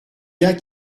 gars